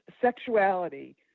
sexuality